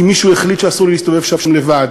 כי מישהו החליט שאסור לי להסתובב שם לבד.